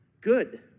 good